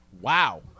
Wow